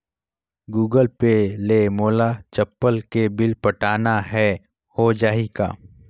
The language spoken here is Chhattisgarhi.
गूगल पे ले मोल चपला के बिल पटाना हे, हो जाही का?